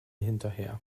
hinterher